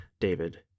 David